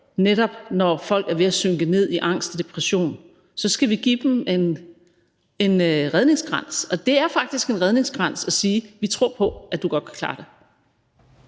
netop når folk er ved at synke ned i angst og depression – så skal vi give dem en redningskrans. Og det er faktisk en redningskrans at sige: Vi tror på, at I godt kan klare det.